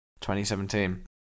2017